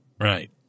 Right